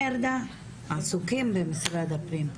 אחיד ודורשות דרישות אחידות מהמשרדים.